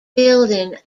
building